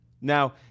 Now